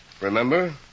Remember